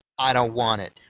i don't want it!